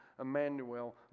Emmanuel